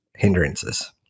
hindrances